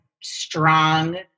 strong